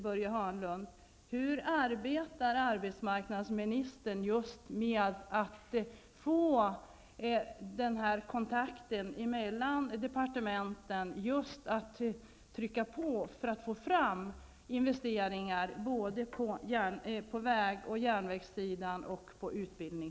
Börje Hörnlund för att få sådana kontakter mellan departementen att man kan trycka på för att få fram investeringar till såväl vägar som järnvägar som utbildning?